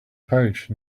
pouch